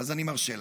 אני מרשה לעצמי.